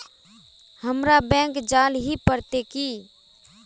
हमरा बैंक जाल ही पड़ते की?